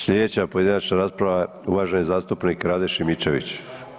Slijedeća pojedinačna rasprava uvaženi zastupnik Rade Šimičević.